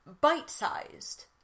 bite-sized